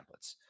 templates